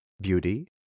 beauty